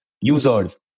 users